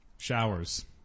showers